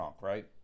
right